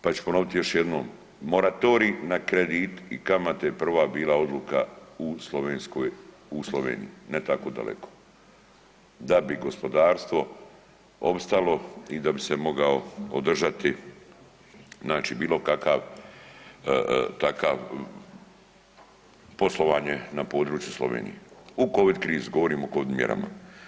Pa ću ponoviti još jednom, moratorij na kredite i kamate je prva bila odluka u Sloveniji, ne tako daleko da bi gospodarstvo opstalo i da bi se mogao održati bilo kakav takav poslovanje na području Slovenije u covid krizi, govorim o mjerama.